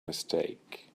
mistake